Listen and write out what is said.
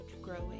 growing